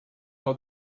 how